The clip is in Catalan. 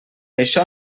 això